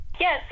Yes